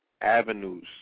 avenues